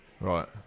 Right